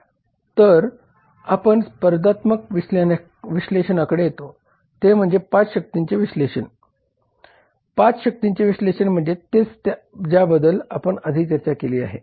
मग आपण स्पर्धात्मक विश्लेषणाकडे येतो ते म्हणजे 5 शक्तींचे विश्लेषण 5 शक्तींचे विश्लेषण म्हणजे तेच ज्याबद्दल आपण आधी चर्चा केली आहे